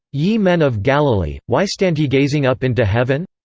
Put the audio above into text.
ye men of galilee, why stand ye gazing up into heaven.